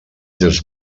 dels